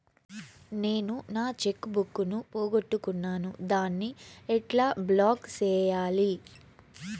నేను నా cheque book ను పోగొట్టుకున్నాను దాన్ని ఎట్లా బ్లాక్ సేయాలి?